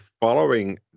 following